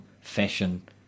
fashion